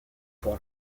pour